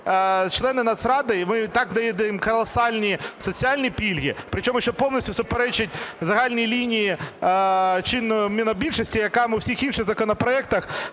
члени Нацради, ви і так даєте їм колосальні соціальні пільги. Причому, що повністю суперечить загальній лінії чинної монобільшості, яка у всіх інших законопроектах